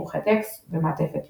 עורכי טקסט ו"מעטפת יוניקס".